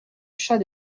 chat